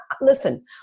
Listen